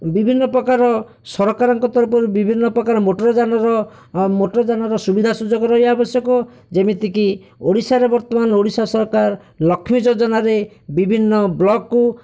ବିଭିନ୍ନ ପ୍ରକାର ସରକାରଙ୍କ ତରଫରୁ ବିଭିନ୍ନ ପ୍ରକାର ମୋଟର ଯାନର ମୋଟର ଯାନର ସୁବିଧା ସୁଯୋଗ ରହିବା ଆବଶ୍ୟକ ଯେମିତିକି ଓଡ଼ିଶାରେ ବର୍ତ୍ତମାନ ଓଡ଼ିଶା ସରକାର ଲକ୍ଷ୍ମୀ ଯୋଜାନାରେ ବିଭିନ୍ନ ବ୍ଲକକୁ